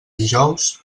dijous